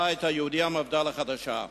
הבית היהודי, מפד"ל החדשה: